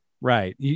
Right